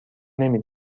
نمی